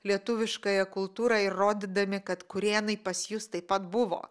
lietuviškąją kultūrą ir rodydami kad kurėnai pas jus taip pat buvo